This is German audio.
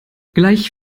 gleich